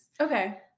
Okay